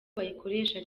bayikoresha